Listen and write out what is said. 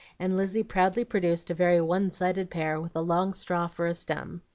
and lizzie proudly produced a very one-sided pear with a long straw for a stem.